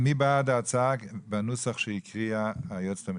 מי בעד ההצעה לפי הנוסח שהקריאה היועצת המשפטית?